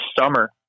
summer